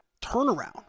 turnaround